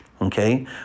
Okay